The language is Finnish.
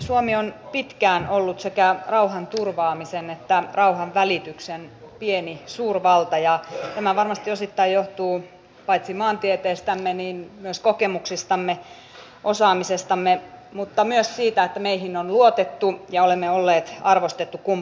suomi on pitkään ollut sekä rauhanturvaamisen että rauhanvälityksen pieni suurvalta ja tämä varmasti osittain johtuu paitsi maantieteestämme myös kokemuksistamme osaamisestamme mutta myös siitä että meihin on luotettu ja olemme olleet arvostettu kumppani